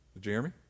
Jeremy